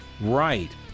Right